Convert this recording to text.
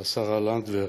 24 בעד, אין מתנגדים,